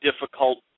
difficult